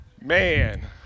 Man